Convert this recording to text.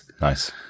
Nice